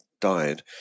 died